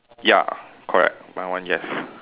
ya correct mine one yes